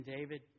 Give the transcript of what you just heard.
David